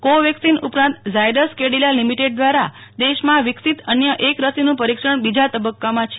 કોવેકસીન ઉપરાંત ઝાયડસ કેડીલા લીમીટેડ દવારા દેશમાં વિકસીત અન્ય એક પરિક્ષણ બીજા તબકકામાં છે